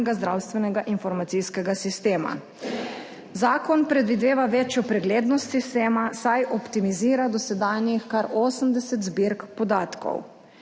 zdravstvenega informacijskega sistema. Zakon predvideva večjo preglednost sistema, saj optimizira dosedanjih kar 80 zbirk podatkov.